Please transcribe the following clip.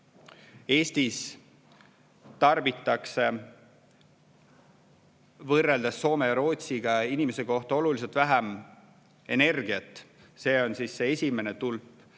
Eestis tarbitakse võrreldes Soome ja Rootsiga inimese kohta oluliselt vähem energiat. See on see esimene tulp.